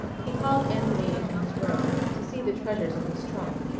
he called anthony into his room to see the treasures of his trunk.